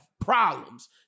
problems